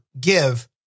give